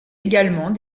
également